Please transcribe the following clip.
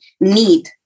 need